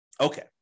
Okay